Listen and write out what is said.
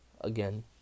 again